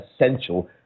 essential